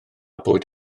bwyd